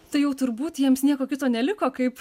tai jau turbūt jiems nieko kito neliko kaip